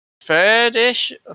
third-ish